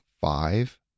five